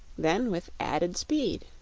then with added speed.